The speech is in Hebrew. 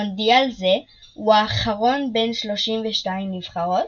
מונדיאל זה הוא האחרון בן 32 נבחרות,